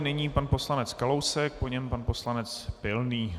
Nyní pan poslanec Kalousek, po něm pan poslanec Pilný.